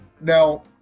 Now